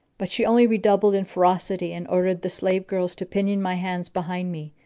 but she only redoubled in ferocity and ordered the slave girls to pinion my hands behind me,